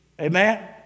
Amen